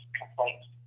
complaints